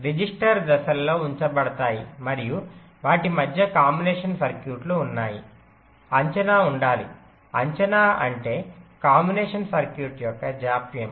register దశల్లో ఉంచబడతాయి మరియు వాటి మధ్య కాంబినేషన్ సర్క్యూట్లు ఉన్నాయి అంచనా ఉండాలి అంచనా అంటే కాంబినేషన్ సర్క్యూట్ యొక్క జాప్యం